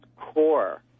Core